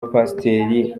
abapasiteri